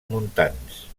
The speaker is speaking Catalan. montans